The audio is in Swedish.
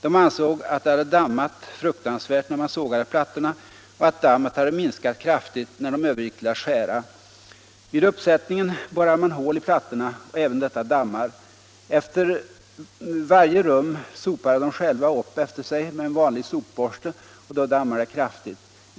De ansåg att det hade dammat fruktansvärt när man sågade plattorna och att dammet hade minskat kraftigt när de övergick till att skära. Vid uppsättningen borrar man hål i plattorna och även detta dammar. Efter varje rum sopar de själva upp efter sig med en vanlig sopborste och då dammar det kraftigt.